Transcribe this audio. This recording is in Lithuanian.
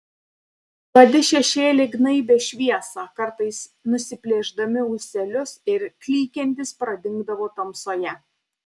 juodi šešėliai gnaibė šviesą kartais nusiplėšdami ūselius ir klykiantys pradingdavo tamsoje